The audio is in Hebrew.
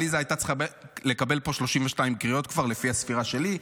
שעליזה הייתה צריכה לקבל פה כבר 32 קריאות לפי הספירה שלי,